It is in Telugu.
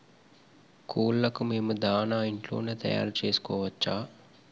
కోళ్లకు మేము దాణా ఇంట్లోనే తయారు చేసుకోవచ్చా?